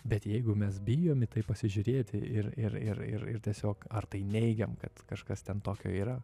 bet jeigu mes bijom į tai pasižiūrėti ir ir ir ir ir tiesiog ar tai neigiam kad kažkas ten tokio yra